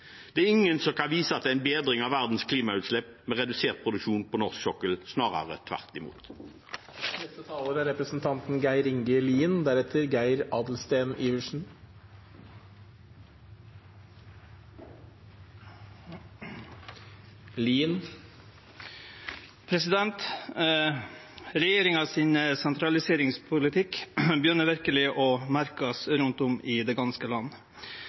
Det er ingen som kan vise til en bedring av verdens klimagassutslipp ved redusert produksjon på norsk sokkel, snarere tvert imot. Sentraliseringspolitikken til regjeringa begynner ein verkeleg å merke rundt om i heile landet. Spesielt merkar ein dette godt utanfor dei store byane og byregionane. Det